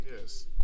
Yes